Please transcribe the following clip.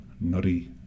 Nutty